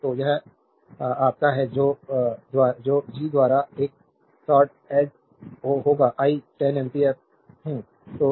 तो यह आपका है जो जी द्वारा एक सॉर्ड एड ओ होगा आई 10 एम्पीयर हूं